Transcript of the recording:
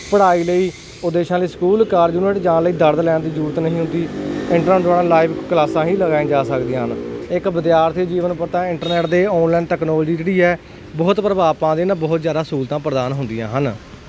ਪੜਾਈ ਲਈ ਉਦੇਸ਼ਾਂ ਲਈ ਸਕੂਲ ਕਾਲਜ ਯੂਨੀਵਰਸਿਟੀ ਜਾਣ ਲਈ ਦਰਦ ਲੈਣ ਦੀ ਜਰੂਰਤ ਨਹੀਂ ਹੁੰਦੀ ਇੰਟਰਨੈਟ ਰਾਹੀਂ ਲਾਈਵ ਕਲਾਸਾਂ ਹੀ ਲਗਾਇਆ ਜਾ ਸਕਦੀਆਂ ਹਨ ਇੱਕ ਵਿਦਿਆਰਥੀ ਜੀਵਨ ਪੱਤਾ ਇੰਟਰਨੈਟ ਦੇ ਆਨਲਾਈਨ ਟੈਕਨੋਲੋਜੀ ਜਿਹੜੀ ਹ ਬਹੁਤ ਪ੍ਰਭਾਵ ਪਾ ਦੇ ਨਾ ਬਹੁਤ ਜਿਆਦਾ ਸਹੂਲਤਾਂ ਪ੍ਰਦਾਨ ਹੁੰਦੀਆਂ ਹਨ